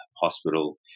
hospital